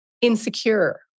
insecure